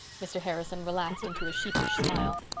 mr. harrison relaxed into a sheepish smile.